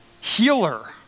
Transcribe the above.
healer